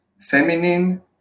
feminine